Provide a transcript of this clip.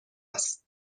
است